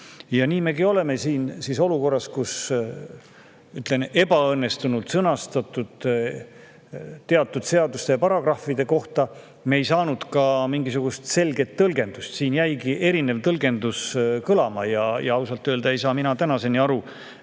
Ja nii me oleme siis olukorras, kus mõne ebaõnnestunult sõnastatud paragrahvi kohta me ei saanud mingisugust selget tõlgendust. Siin jäigi erinev tõlgendus kõlama ja ausalt öelda ei saa mina ikka veel aru,